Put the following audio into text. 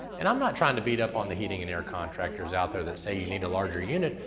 and i'm not trying to beat up on the heating and air contractors out there that say you need a larger unit.